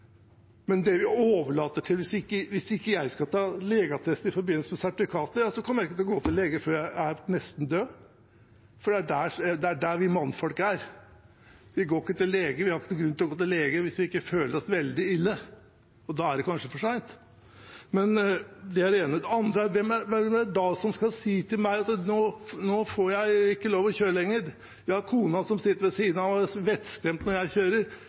Hvis jeg ikke må ha helseattest i forbindelse med sertifikatet, kommer jeg ikke til å gå til lege før jeg er nesten død. Det er der vi mannfolk er. Vi synes ikke det er noen grunn til å gå til lege hvis vi ikke føler oss veldig ille, og da er det kanskje for sent. Når man gjør et grep som dette og kutter ut helseattest, hvem er det da som skal si til meg at nå får jeg ikke lov til å kjøre lenger? Er det kona, som sitter ved siden av og er vettskremt når jeg kjører?